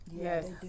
Yes